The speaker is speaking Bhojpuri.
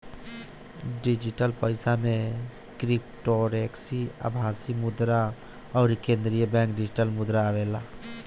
डिजिटल पईसा में क्रिप्टोकरेंसी, आभासी मुद्रा अउरी केंद्रीय बैंक डिजिटल मुद्रा आवेला